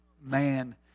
man